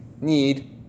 need